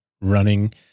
running